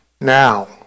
now